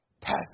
pass